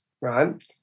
right